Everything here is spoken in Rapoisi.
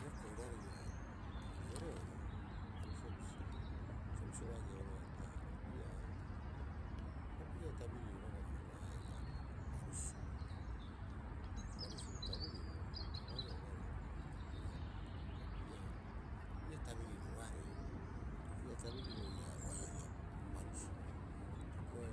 Hioko'i oiraarei ii'aa ii reoreori, a bisioea bisio, sa bisio o ageau roga'a uta'aha opii'a- opii'a tabiro roga'a ua'oea ii'aa bo parusuu, parusuu tabiriro abaia oiraarei opii'a tabiriroarei, opii'a tabiriro ii'a ua oea ii'aa bo parusuu. Hioko'i